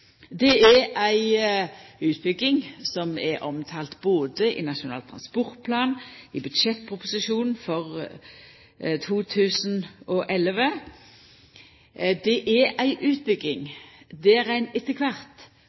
Det er ei utbygging som er omtalt både i Nasjonal transportplan og i budsjettproposisjonen for 2011. Det er ei utbygging der ein